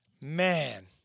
Man